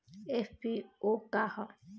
FPO का ह?